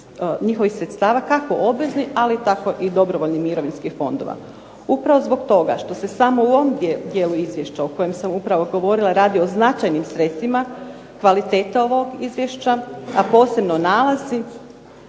njihovih sredstava kako obveznih, ali tako i dobrovoljnih mirovinskih fondova. Upravo zbog toga što se samo u ovom dijelu izvješća o kojem sam upravo govorila radi o značajnim sredstvima, kvaliteta ovog izvješća, a posebno nalazi